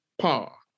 power